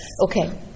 Okay